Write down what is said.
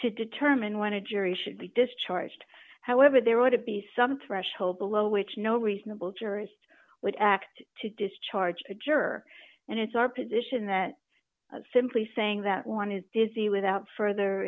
to determine when a jury should be discharged however there ought to be some threshold below which no reasonable jurist would act to discharge a juror and it's our position that simply saying that one is does the without further